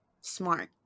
smart